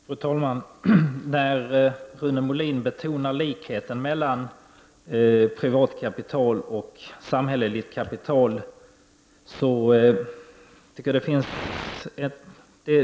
Fru talman! Det är litet beklagligt när Rune Molin betonar likheten mellan privatkapital och samhälleligt kapital.